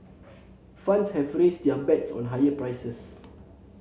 funds have raised their bets on higher prices